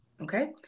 Okay